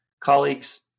colleagues